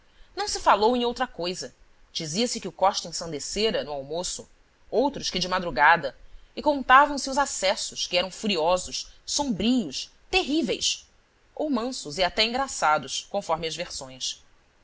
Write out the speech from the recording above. não se falou em outra coisa dizia-se que o costa ensandecera ao almoço outros que de madrugada e contavam-se os acessos que eram furiosos sombrios terríveis ou mansos e até engraçados conforme as versões